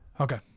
Okay